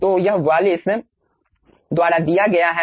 तो यह वालिस द्वारा दिया गया है